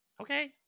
Okay